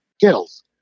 Girls